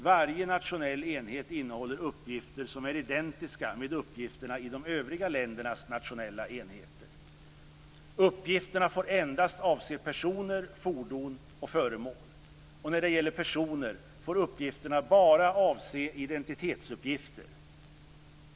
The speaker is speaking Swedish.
Varje nationell enhet innehåller uppgifter som är identiska med uppgifterna i de övriga ländernas nationella enheter. Uppgifterna får endast avse personer, fordon och föremål. När det gäller personer får uppgifterna bara avse identitetsuppgifter.